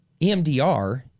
EMDR